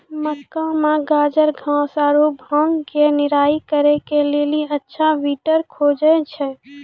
मक्का मे गाजरघास आरु भांग के निराई करे के लेली अच्छा वीडर खोजे छैय?